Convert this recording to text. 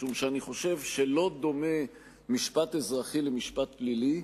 משום שאני חושב שלא דומה משפט אזרחי למשפט פלילי,